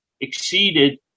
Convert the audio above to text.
exceeded